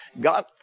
God